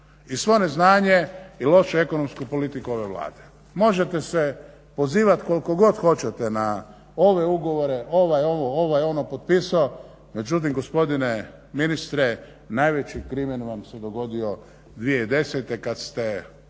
i svo neznanje i lošu ekonomsku politiku ove Vlade. Možete se pozivat kolko god hoćete na ove ugovore, ovaj ovo, ovaj ono potpisao. Međutim, gospodine ministre najveći krimen vam se dogodio 2010. kad ste